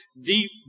deep